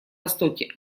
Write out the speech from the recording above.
востоке